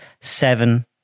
seven